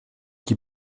chi